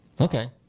Okay